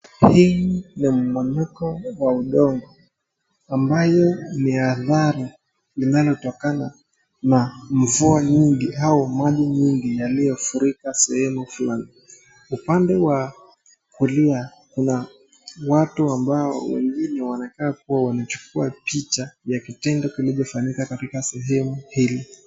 Hii ni mmonyoko wa udogo ambayo ni adhara linalotokana na mvua nyingi au maji nyingi yaliyofurika sehemu fulani. Upande wa kulia kuna watu ambao wengine wanakaa kuwa wanachukua picha ya kitendo kilichofanyika katika sehemu hili.